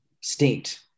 state